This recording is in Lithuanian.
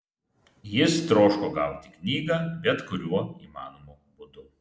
jis troško gauti knygą bet kuriuo įmanomu būdu